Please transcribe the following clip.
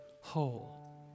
whole